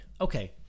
okay